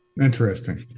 Interesting